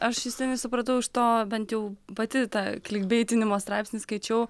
aš justinai supratau iš to bent jau pati tą klikbeitinimo straipsnį skaičiau